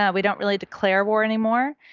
yeah we don't really declare war anymore.